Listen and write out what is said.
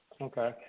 Okay